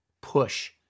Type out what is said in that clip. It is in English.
push